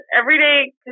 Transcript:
everyday